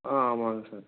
ஆ ஆமாங்க சார்